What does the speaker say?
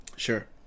Sure